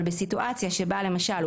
אבל בסיטואציה שבה למשל,